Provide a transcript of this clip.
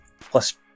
Plus